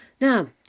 Now